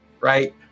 right